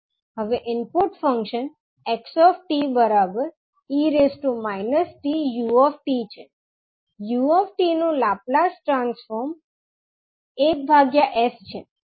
હવે input function 𝑥𝑡 e t𝑢𝑡 છે 𝑢𝑡 નું લાપ્લાસ ટ્રાન્સફોર્મ 1𝑠